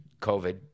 COVID